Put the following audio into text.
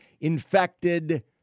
infected